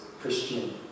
Christian